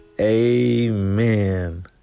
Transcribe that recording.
Amen